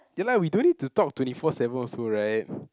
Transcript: ya lah we don't need to talk twenty four seven also [right]